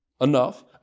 enough